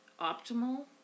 optimal